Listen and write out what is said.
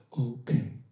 okay